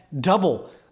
double